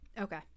Okay